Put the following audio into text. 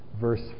verse